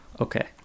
Okay